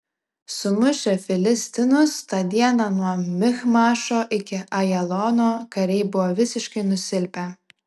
sumušę filistinus tą dieną nuo michmašo iki ajalono kariai buvo visiškai nusilpę